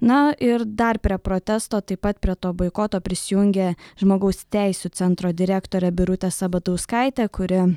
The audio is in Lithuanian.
na ir dar prie protesto taip pat prie to boikoto prisijungė žmogaus teisių centro direktorė birutė sabatauskaitė kuri